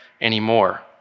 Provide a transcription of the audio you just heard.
anymore